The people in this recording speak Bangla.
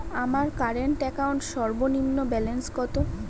আমার কারেন্ট অ্যাকাউন্ট সর্বনিম্ন ব্যালেন্স কত?